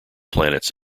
planets